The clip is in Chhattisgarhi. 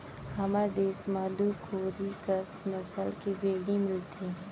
हमर देस म दू कोरी कस नसल के भेड़ी मिलथें